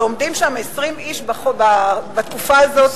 כשעומדים שם 20 איש בתקופה הזאת,